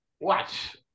Watch